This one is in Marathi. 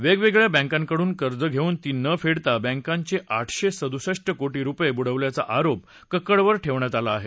वेगवेगळ्या बँकांकडून कर्ज घेऊन ती न फेडता बँकांचे आठशे सदुसष्ठ कोटी रुपये बुडवल्याचा आरोप कक्कडवर ठेवण्यात आला आहे